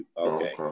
Okay